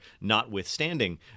notwithstanding